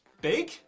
Big